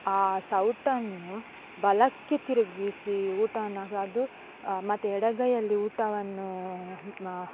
ಆ ಸೌಟನ್ನು ಬಲಕ್ಕೆ ತಿರುಗಿಸಿ ಊಟವನ್ನು ಅದು ಮತ್ತು ಎಡಗೈಯಲ್ಲಿ ಊಟವನ್ನು